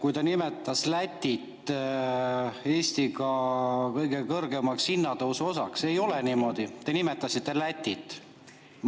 kui ta nimetas Lätit Eestiga kõige kõrgemat hinnatõusu omavaks. Ei ole niimoodi. Te nimetasite Lätit,